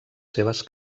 seves